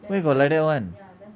where got like that [one]